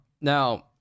now